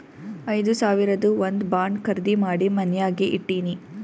ಐದು ಸಾವಿರದು ಒಂದ್ ಬಾಂಡ್ ಖರ್ದಿ ಮಾಡಿ ಮನ್ಯಾಗೆ ಇಟ್ಟಿನಿ